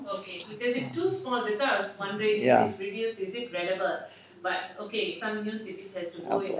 ya